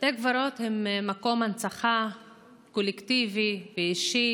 בתי קברות הם מקום הנצחה קולקטיבי ואישי